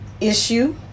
issue